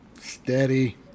steady